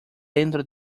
dentro